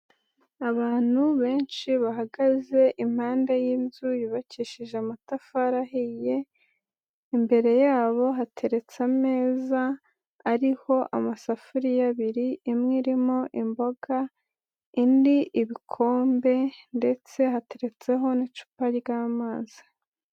Abantu benshi bahagaze impande y'inzu yubakishije amatafari ahiye, imbere yabo hateretse ameza, ariho amasafuriya abiri imwe irimo imboga, indi ibikombe ndetse hateretseho n'icupa ry'amazi.